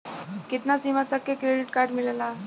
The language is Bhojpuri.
कितना सीमा तक के क्रेडिट कार्ड मिलेला?